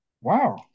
Wow